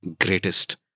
greatest